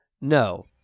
No